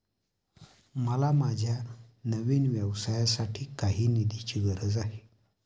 मला माझ्या नवीन व्यवसायासाठी काही निधीची गरज आहे